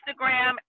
Instagram